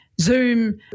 Zoom